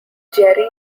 jerry